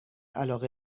علاقه